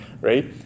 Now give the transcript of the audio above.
right